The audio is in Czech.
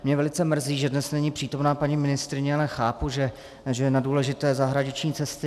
Mě velice mrzí, že dnes není přítomna paní ministryně, ale chápu, že je na důležité zahraniční cestě.